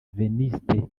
venuste